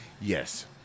Yes